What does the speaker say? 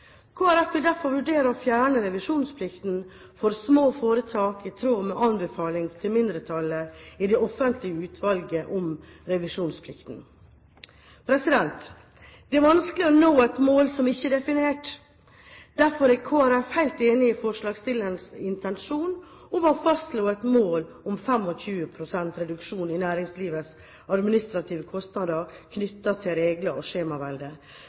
vil derfor vurdere å fjerne revisjonsplikten for små foretak, i tråd med anbefalingen fra mindretallet i det offentlige utvalget om revisjonsplikten. Det er vanskelig å nå et mål som ikke er definert. Derfor er Kristelig Folkeparti helt enig i forslagsstillerens intensjon om å fastslå et mål om 25 pst. reduksjon i næringslivets administrative kostnader knyttet til regler og